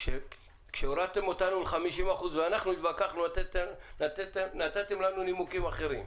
כשהורדתם אותנו ל-50% והתווכחנו נתתם לנו נימוקים אחרים.